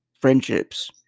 friendships